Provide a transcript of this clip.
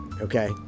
okay